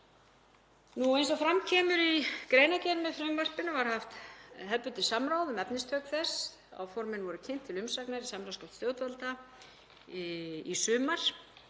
Eins og fram kemur í greinargerð með frumvarpinu var haft hefðbundið samráð um efnistök þess. Áformin voru kynnt til umsagnar í samráðsgátt stjórnvalda í sumar